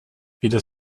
weder